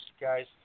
guys